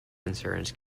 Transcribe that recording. insurance